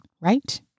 Right